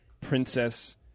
princess